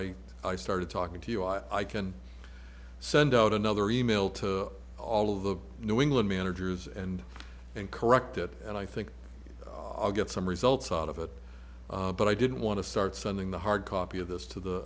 until i started talking to you i can send out another email to all of the new england managers and and correct it and i think i'll get some results out of it but i didn't want to start sending the hard copy of this to the